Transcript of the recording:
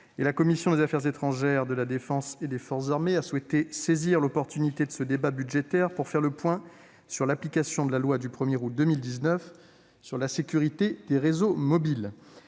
la commission des affaires étrangères, de la défense et des forces armées a souhaité saisir l'occasion offerte par ce débat budgétaire pour faire le point sur l'application de la loi du 1 août 2019 sur la sécurité des réseaux mobiles.